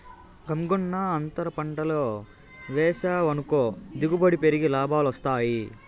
గంగన్నో, అంతర పంటలు వేసావనుకో దిగుబడి పెరిగి లాభాలొస్తాయి